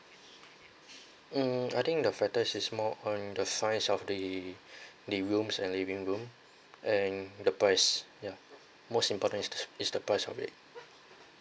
hmm I think the factors is more on the size of the the rooms and living room and the price ya most important is the price of it